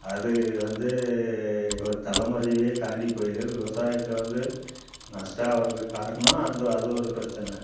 அது வந்து ஒரு தலைமுறையவே தாண்டி போயிடும் விவசாயத்தை வந்து நஷ்டம் ஆகுறதுக்கு காரணம் அந்த அது ஒரு பிரச்சனை